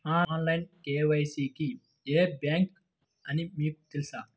Online KYC కి ఏ bank అని మీకు తెలుసా?